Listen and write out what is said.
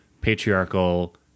patriarchal